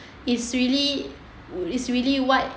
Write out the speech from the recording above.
it's really it's really what